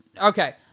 okay